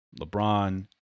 LeBron